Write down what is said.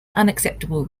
unacceptable